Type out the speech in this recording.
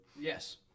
Yes